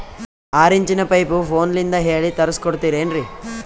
ಆರಿಂಚಿನ ಪೈಪು ಫೋನಲಿಂದ ಹೇಳಿ ತರ್ಸ ಕೊಡ್ತಿರೇನ್ರಿ?